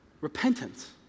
repentance